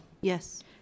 Yes